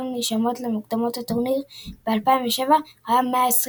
הנרשמות למוקדמות הטורניר ב-2007 היה 120,